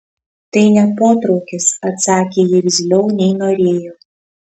tai ne potraukis atsakė ji irzliau nei norėjo